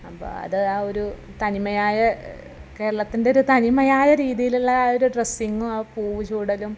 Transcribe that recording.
അപ്പോൾ അത് ആ ഒരു തനിമയായ കേരളത്തിൻ്റെയൊരു തനിമയായ രീതിയിലുള്ള ആ ഒരു ഡ്രെസ്സിങ്ങും ആ പൂ ചൂടലും